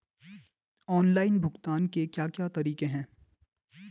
Online भुगतान के क्या क्या तरीके हैं?